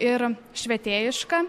ir švietėjiška